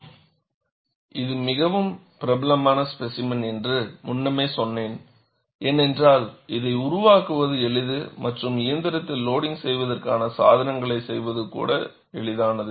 ஸ்பேசிமெனுக்கான சோதனை இது மிகவும் பிரபலமான ஸ்பேசிமென் என்று முன்னமே சொன்னேன் ஏனென்றால் இதை உருவாக்குவது எளிது மற்றும் ஒரு இயந்திரத்தில் லோடிங்க் செய்வதற்கான சாதனங்களை செய்வது கூட எளிதானது